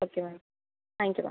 okay ma'am thank you ma'am